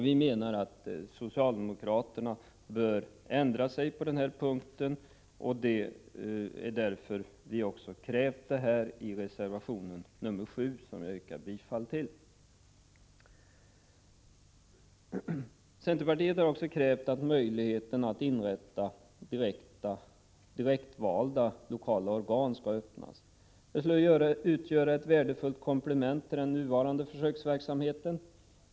Vi menar att socialdemokraterna bör ändra sig på den här punkten. Därför har vi också krävt detta i reservation 7, som jag yrkar bifall till. Centerpartiet har även krävt att möjlighet att inrätta direktvalda lokala organ skall öppnas. Det skulle utgöra ett värdefullt komplement till den nuvarande försöksverksamheten.